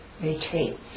retreat